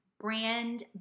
brand